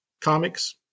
comics